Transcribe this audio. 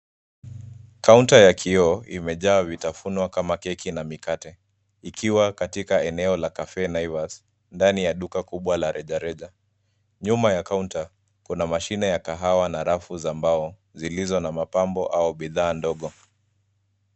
Kaunta ya kioo imejaa vitafunwa kama keki na mikate ikiwa katika eneo la cs[Cafe Naivas]cs ndani ya duka kubwa la rejareja. Nyuma ya kaunta, kuna mashine ya kahawa na rafu za mbao zilizo na mapambo au bidhaa ndogo.